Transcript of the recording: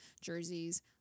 jerseys